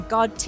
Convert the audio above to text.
God